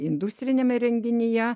industriniame renginyje